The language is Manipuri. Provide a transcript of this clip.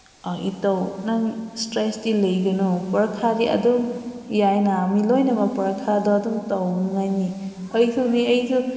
ꯑꯥ ꯏꯇꯥꯎ ꯅꯪ ꯏꯁꯇ꯭ꯔꯦꯁꯇꯤ ꯂꯩꯒꯅꯣ ꯄꯔꯤꯈꯥꯗꯤ ꯑꯗꯨꯝ ꯌꯥꯏꯅ ꯃꯤ ꯂꯣꯏꯅꯃꯛ ꯄꯔꯤꯈꯥꯗꯣ ꯑꯗꯨꯝ ꯇꯧꯅꯤꯡꯉꯥꯏꯅꯤ ꯑꯩꯁꯨꯅꯤ ꯑꯩꯁꯨ